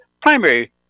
primary